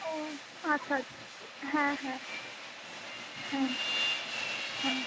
ও আচ্ছা আচ্ছা হ্যাঁ হ্যাঁ হ্যাঁ হ্যাঁ